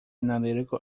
analytical